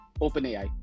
OpenAI